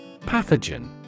Pathogen